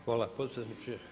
Hvala potpredsjedniče.